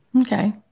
Okay